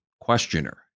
questioner